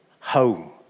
home